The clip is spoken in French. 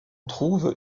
trouve